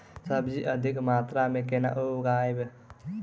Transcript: सब्जी अधिक मात्रा मे केना उगाबी?